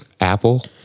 Apple